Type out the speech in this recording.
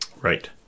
Right